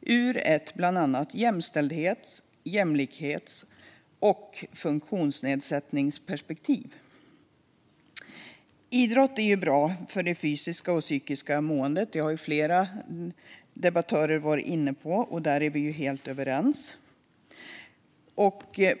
ur bland annat ett jämställdhets, jämlikhets och funktionsnedsättningsperspektiv. Idrott är bra för både det fysiska och det psykiska måendet. Det har flera debattörer varit inne på, och där är vi helt överens.